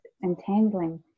entangling